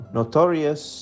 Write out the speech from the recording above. notorious